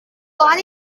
born